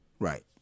Right